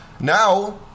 Now